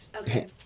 Okay